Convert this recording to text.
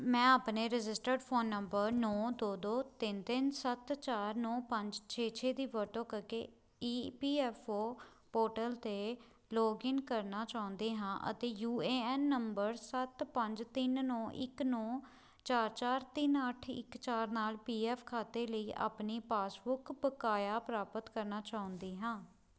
ਮੈਂ ਆਪਣੇ registered phone number ਨੌਂ ਦੋ ਦੋ ਤਿੰਨ ਤਿੰਨ ਸੱਤ ਚਾਰ ਨੌਂ ਪੰਜ ਛੇ ਛੇ ਦੀ ਵਰਤੋਂ ਕਰਕੇ E P F O portal 'ਤੇ ਲੌਗਇਨ ਕਰਨਾ ਚਾਹੁੰਦੀ ਹਾਂ ਅਤੇ ਯੂ ਏ ਐਨ ਨੰਬਰ ਸੱਤ ਪੰਜ ਤਿੰਨ ਨੌਂ ਇੱਕ ਨੌਂ ਚਾਰ ਚਾਰ ਤਿੰਨ ਅੱਠ ਇੱਕ ਚਾਰ ਨਾਲ ਪੀ ਐਫ ਖਾਤੇ ਲਈ ਆਪਣੀ ਪਾਸਬੁੱਕ ਬਕਾਇਆ ਪ੍ਰਾਪਤ ਕਰਨਾ ਚਾਹੁੰਦੀ ਹਾਂ